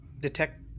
detect